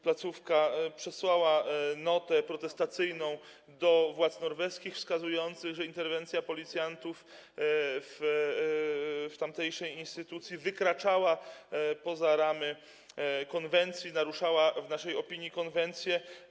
Placówka przesłała notę protestacyjną do władz norweskich, wskazując, że interwencja policjantów w tamtejszej instytucji wykraczała poza ramy konwencji, naruszała, w naszej opinii, konwencję.